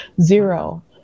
zero